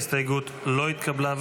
ההסתייגות לא התקבלה.